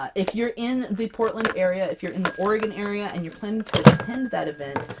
if you're in the portland area, if you're in the oregon area and you're planning to attend that event,